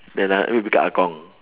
then ah we become ah gong